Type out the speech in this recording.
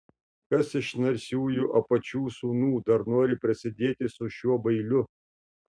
kas iš narsiųjų apačių sūnų dar nori prasidėti su šiuo bailiu